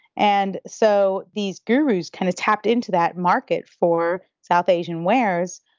and so these gurus kind of tapped into that market for south asian wares.